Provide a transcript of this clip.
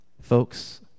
folks